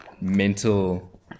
mental